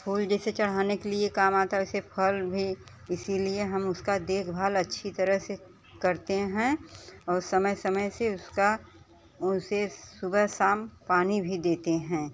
फूल जैसे चढ़ाने के लिए काम आता है वैसे फल भी इसीलिए हम उसका देखभाल अच्छी तरह से करते हैं और समय समय से उसका उसे सुबह शाम पानी भी देते हैं